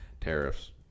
Tariffs